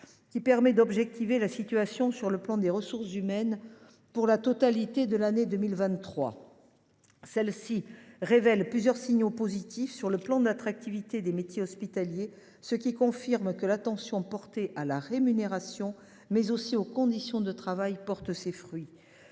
qui permet d’analyser la situation du point de vue des ressources humaines pour la totalité de l’année 2023. Celle ci révèle plusieurs signaux positifs sur le plan de l’attractivité des métiers hospitaliers, ce qui confirme que l’attention portée à la rémunération, mais aussi aux conditions de travail, porte ses fruits.